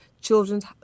Children's